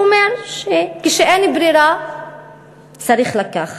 הוא אומר שכשאין ברירה צריך לקחת.